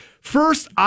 first